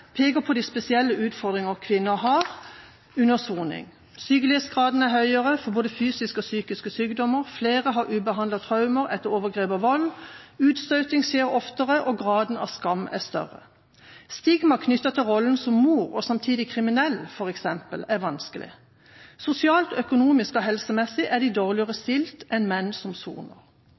peker på de spesielle utfordringene kvinner har under soning: Sykelighetsgraden er høyere, for både fysiske og psykiske sykdommer. Flere har ubehandlede traumer etter overgrep og vold, utstøting skjer oftere, og graden av skam er større. Stigma knyttet til rollen som mor og samtidig kriminell, f.eks., er vanskelig. Sosialt, økonomisk og helsemessig er de dårligere stilt enn menn som soner.